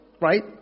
Right